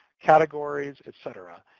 categories, etc.